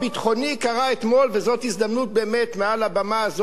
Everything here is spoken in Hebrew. וזאת הזדמנות באמת מעל הבמה הזאת לברך את